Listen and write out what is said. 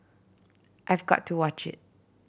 I've got to watch it